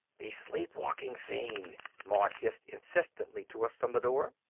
the sleepwalking scene! maud hissed insistently to us from the door.